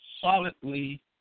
solidly